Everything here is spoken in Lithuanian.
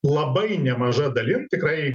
labai nemaža dalim tikrai